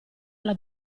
alla